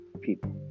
People